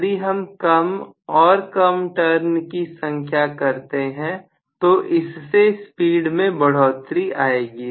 यदि हम कम और कम टर्न की संख्या पर जाते हैं तो उस भीड़ में बढ़ोतरी आएगी